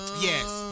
yes